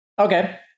Okay